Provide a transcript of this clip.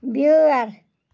بیٲر